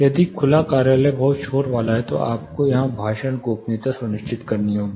यदि खुला कार्यालय बहुत शोर वाला है तो आपको यहां भाषण गोपनीयता सुनिश्चित करनी होगी